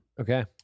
Okay